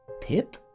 Pip